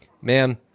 man